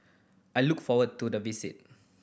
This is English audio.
I look forward to the visit